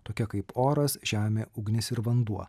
tokia kaip oras žemė ugnis ir vanduo